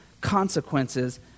consequences